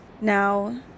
now